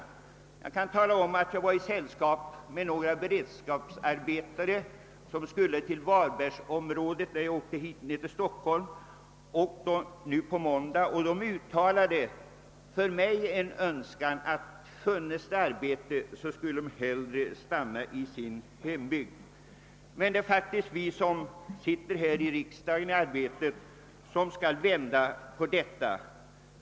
När jag i måndags åkte till Stockholm hade jag sällskap med några beredskapsarbetare som skulle till varbergsområdet. De sade att om det funnes arbete i deras hembygd skulle de hellre stanna där. Det är vi som sitter här i riksdagen som skall vända utvecklingen.